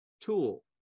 tool